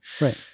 Right